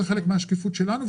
זה חלק מהשקיפות שלנו,